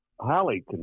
highly